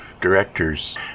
directors